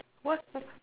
what the